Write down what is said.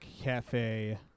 Cafe